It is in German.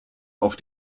auf